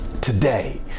today